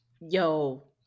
Yo